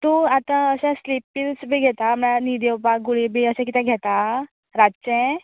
तूं आतां अशें स्लिप पिल्स बी घेता ना न्हिद येवपाक गूळ बी अशें कितें घेता रातचें